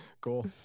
cool